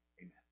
Amen